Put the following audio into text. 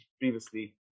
previously